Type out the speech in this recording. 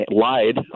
lied